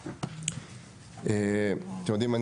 אתם יודעים,